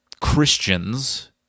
Christians